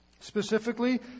Specifically